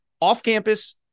off-campus